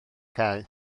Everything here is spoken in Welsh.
cae